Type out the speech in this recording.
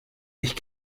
ich